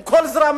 עם כל זרמיה,